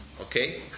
Okay